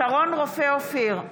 שרון רופא אופיר,